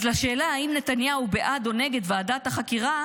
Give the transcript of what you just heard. אז לשאלה אם נתניהו בעד או נגד ועדת החקירה,